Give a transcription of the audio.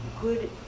good